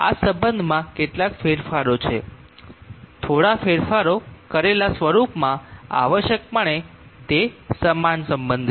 આ સંબંધમાં કેટલાક ફેરફારો છે થોડો ફેરફાર કરેલા સ્વરૂપમાં આવશ્યકપણે તે સમાન સંબંધ છે